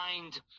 mind